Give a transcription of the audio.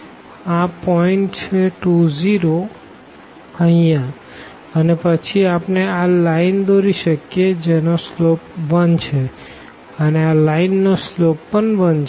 તો આ પોઈન્ટ છે 2 0 અહિયાં અને પછી આપણે આ લાઈન દોરી શકીએ જેનો સ્લોપ 1 છે અને આ લાઈન નો સ્લોપ પણ 1 છે